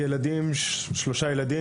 מה נעשה עם כל הילדים האלה?